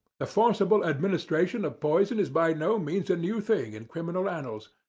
the forcible administration of poison is by no means a new thing in criminal annals.